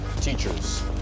teachers